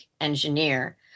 engineer